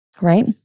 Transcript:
right